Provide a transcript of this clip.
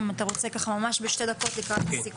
אם אתה רוצה ממש ככה בשתי דקות סיכום?